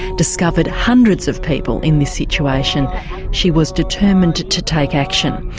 discovered hundreds of people in this situation she was determined to take action.